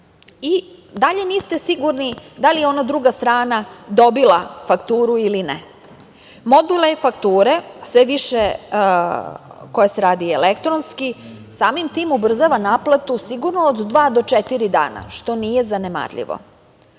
i dalje niste sigurni da li je ona druga strana dobila fakturu ili ne. Model e-fakture sve više koja se radi elektronski, samim tim ubrzava naplatu sigurno od dva do četiri dana što nije zanemarljivo.